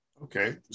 Okay